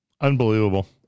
Unbelievable